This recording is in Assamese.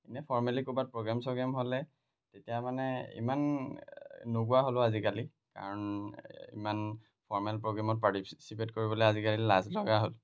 এনে ফৰ্মেলি ক'ৰবাত প্ৰগ্ৰেম চগ্ৰেম হ'লে তেতিয়া মানে ইমান নোগোৱা হ'লো আজিকালি কাৰণ ইমান ফৰ্মেল প্ৰগ্ৰেমত পাৰ্টিচিপেট কৰিবলৈ আজিকালি লাজ লগা হ'ল